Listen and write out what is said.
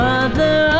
Mother